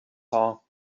haar